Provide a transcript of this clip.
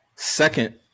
Second